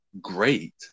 great